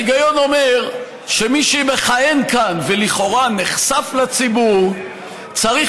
ההיגיון אומר שמי שמכהן כאן ולכאורה נחשף לציבור צריך